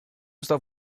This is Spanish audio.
está